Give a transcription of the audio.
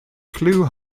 clue